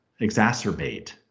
exacerbate